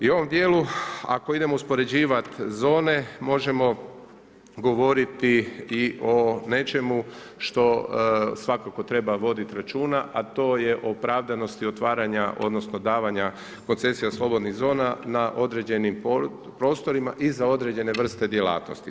I u ovom dijelu ako idemo uspoređivati zone možemo govoriti i o nečemu što svakako treba voditi računa a to je o opravdanosti otvaranja odnosno davanja koncesija slobodnih zona na određenim prostorima i za određene vrste djelatnosti.